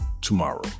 tomorrow